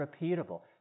repeatable